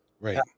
Right